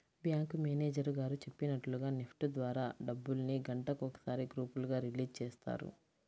bank manager గారు చెప్పినట్లుగా NEFT ద్వారా డబ్బుల్ని గంటకొకసారి గ్రూపులుగా రిలీజ్ చేస్తారు